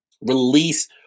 release